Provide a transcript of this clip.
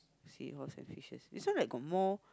seahorse and fishes this one like got more